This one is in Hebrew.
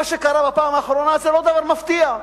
ומה שקרה בפעם האחרונה זה לא דבר מפתיע.